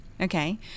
okay